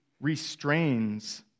restrains